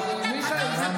כלום.